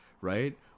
Right